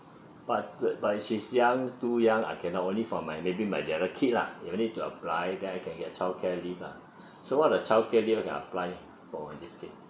but she's but she's young too young I can only for my maybe my another kid lah you only to apply then I can get childcare leave lah so what the childcare I can apply for this case